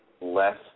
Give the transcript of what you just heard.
less